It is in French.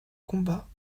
combats